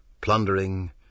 plundering